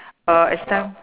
uh as time